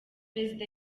perezida